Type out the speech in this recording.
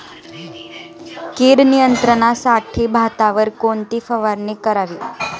कीड नियंत्रणासाठी भातावर कोणती फवारणी करावी?